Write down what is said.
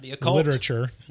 literature